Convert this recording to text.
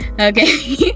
okay